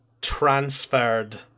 transferred